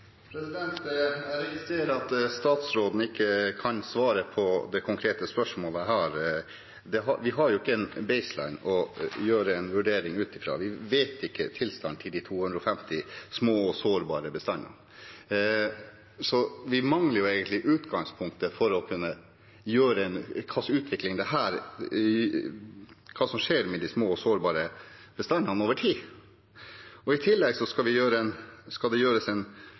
Jeg registrerer at statsråden ikke kan svare på det konkrete spørsmålet, vi har jo ikke en «baseline» å gjøre en vurdering ut fra. Vi vet ikke tilstanden til de 250 små og sårbare bestandene. Vi mangler egentlig utgangspunktet for å vite hva som skjer med de små og sårbare bestandene over tid. I tillegg skal det gjøres en